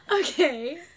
Okay